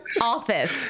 office